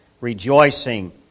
rejoicing